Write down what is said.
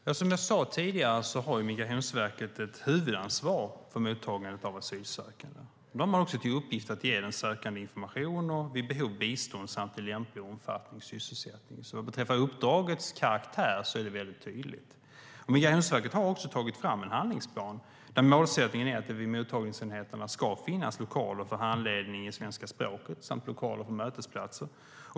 Fru talman! Som jag sade tidigare har Migrationsverket ett huvudansvar för mottagandet asylsökande. De har också till uppgift att ge den sökande information och vid behov bistånd samt i lämplig omfattning sysselsättning, så vad beträffar uppdragets karaktär är det väldigt tydligt. Migrationsverket har också tagit fram en handlingsplan där målsättningen är att det vid mottagningsenheterna ska finnas lokaler för handledning i svenska språket samt lokaler för mötesplatser.